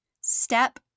step